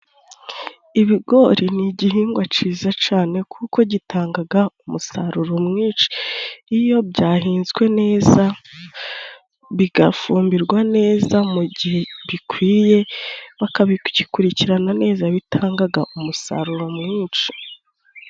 Ibigori ni igihingwa ciza cane, kuko gitangaga umusaruro mwinshi iyo byahinzwe neza bigafumbirwa neza, mu gihe bikwiye bakabikurikirana neza, bitangaga umusaruro mwinshi.